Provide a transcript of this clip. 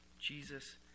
Jesus